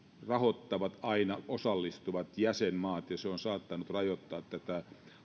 rahoittavat aina osallistuvat jäsenmaat ja se on saattanut rajoittaa tätä